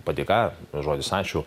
padėka žodis ačiū